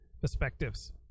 perspectives